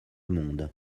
monde